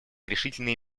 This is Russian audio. решительные